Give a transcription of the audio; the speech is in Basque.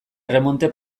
erremonte